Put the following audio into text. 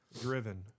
Driven